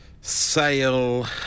Sale